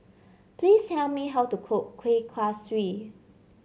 please tell me how to cook Kueh Kaswi